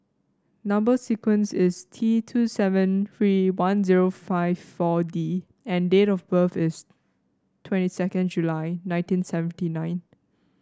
number sequence is T two seven three one zero five four D and date of birth is twenty second July nineteen seventy nine